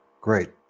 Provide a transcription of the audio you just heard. great